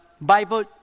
Bible